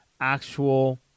actual